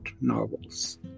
novels